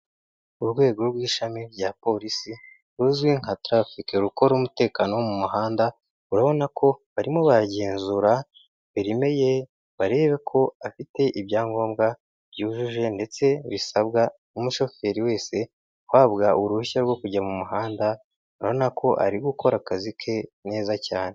Urwego rw'ishami rya Polisi ruzwi nka tarafike. Rukora umutekano wo mu muhanda, urabona ko barimo baragenzura perime ye barebe ko afite ibyangombwa byujuje ndetse bisabwa n'umushoferi wese uhabwa uruhushya rwo kujya mu muhanda, urabona ko ari gukora akazi ke neza cyane.